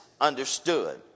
understood